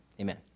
Amen